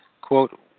quote